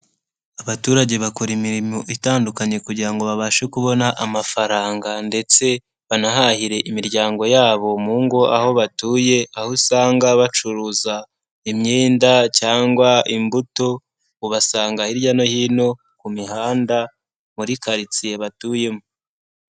Abaturage bakora imirimo itandukanye kugira ngo babashe kubona amafaranga ndetse banahahire imiryango yabo mu ngo aho batuye, aho usanga bacuruza imyenda cyangwa imbuto ubasanga hirya no hino ku mihanda muri karitsiye batuyemo.